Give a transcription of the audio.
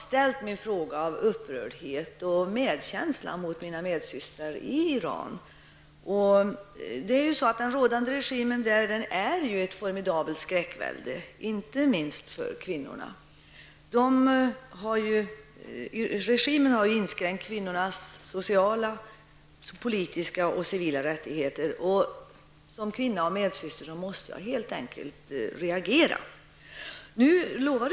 Bakom min fråga ligger upprördhet och en medkänsla för mina medsystrar i Iran. Den rådande regimen där är ju ett formidalet skräckvälde, inte minst med tanke på kvinnorna. Regimen har gjort inskränkningar i fråga om kvinnornas sociala, politiska och civila rättigheter. Som kvinna och medsyster måste jag alltså helt enkelt reagera.